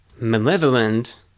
malevolent